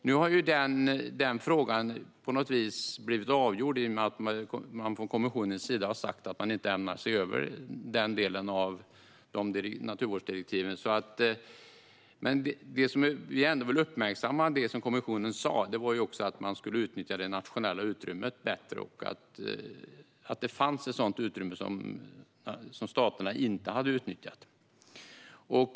Nu har den frågan på något vis blivit avgjord i och med att kommissionen har sagt att man inte ämnar se över den delen av naturvårdsdirektivet. Vi vill ändå uppmärksamma det som kommissionen sa, att man skulle utnyttja det nationella utrymmet bättre. Det fanns alltså ett sådant utrymme som staterna inte hade utnyttjat.